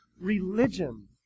religion